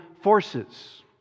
forces